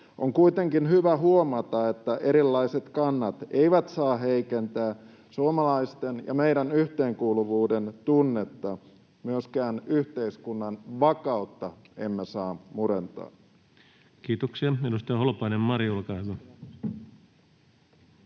On kuitenkin hyvä huomata, että erilaiset kannat eivät saa heikentää suomalaisten ja meidän yhteenkuuluvuudentunnettamme — myöskään yhteiskunnan vakautta emme saa murentaa. [Speech 105] Speaker: Ensimmäinen